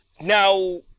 Now